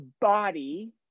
body